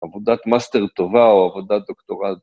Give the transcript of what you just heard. עבודת מאסטר טובה או עבודת דוקטורט.